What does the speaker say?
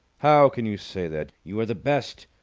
how can you say that? you are the best,